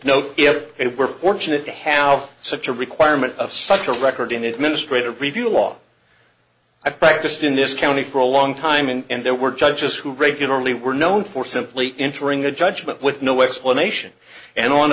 if it were fortunate to have such a requirement of such a record in administrative review law i practiced in this county for a long time and there were judges who regularly were known for simply entering a judgment with no explanation and on